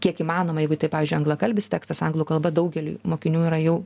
kiek įmanoma jeigu tai pavyzdžiui anglakalbis tekstas anglų kalba daugeliui mokinių yra jau